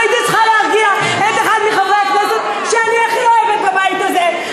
והייתי צריכה להרגיע את אחד מחברי הכנסת שאני הכי אוהבת בבית הזה,